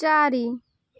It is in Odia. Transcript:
ଚାରି